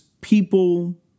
people